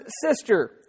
sister